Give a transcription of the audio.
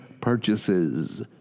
purchases